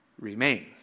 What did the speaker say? remain